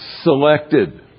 selected